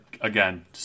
again